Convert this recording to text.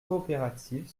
coopérative